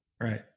Right